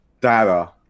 data